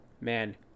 Man